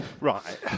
Right